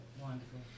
wonderful